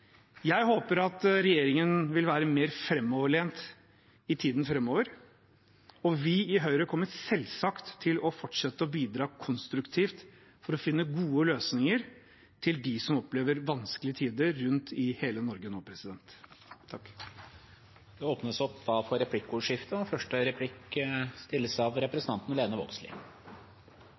Jeg håper regjeringen vil være mer framoverlent i tiden framover. Vi i Høyre kommer selvsagt til å fortsette å bidra konstruktivt for å finne gode løsninger for dem som opplever vanskelige tider rundt i hele Norge. Det har lenge vore ein debatt om såkalla «new public management», og